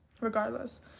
regardless